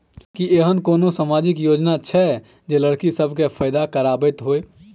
की एहेन कोनो सामाजिक योजना छै जे लड़की सब केँ फैदा कराबैत होइ?